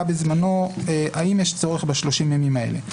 בזמנו האם יש צורך ב-30 הימים האלה.